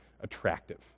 attractive